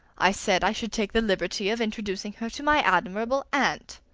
i said i should take the liberty of introducing her to my admirable aunt.